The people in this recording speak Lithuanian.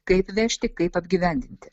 kaip vežti kaip apgyvendinti